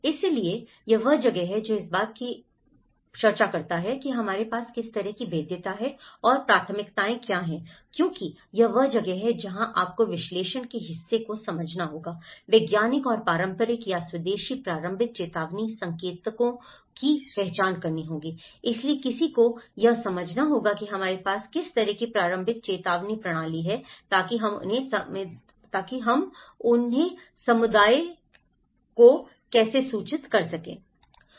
इसलिए यह वह जगह है जो इस बात की बात करती है कि हमारे पास किस तरह की भेद्यता है और प्राथमिकताएं क्या हैं क्योंकि यह वह जगह है जहां आपको विश्लेषण के हिस्से को समझना होगा वैज्ञानिक और पारंपरिक या स्वदेशी प्रारंभिक चेतावनी संकेतकों की पहचान करना होगा इसलिए किसी को यह समझना होगा कि हमारे पास किस तरह की प्रारंभिक चेतावनी प्रणाली है ताकि हम उन्हें समुदाय को कैसे सूचित कर सकें